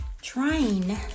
trying